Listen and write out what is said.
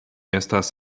estas